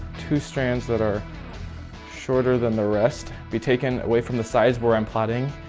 two strands that are shorter than the rest be taken away from the size where i'm plaiting,